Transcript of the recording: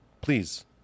please